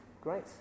Great